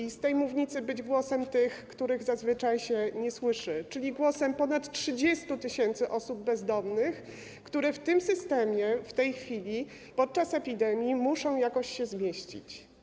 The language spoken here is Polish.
Chcę z tej mównicy być głosem tych, których zazwyczaj się nie słyszy, czyli głosem ponad 30 tys. osób bezdomnych, które w tym systemie w tej chwili, podczas epidemii muszą jakoś się zmieścić.